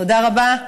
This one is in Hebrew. תודה רבה,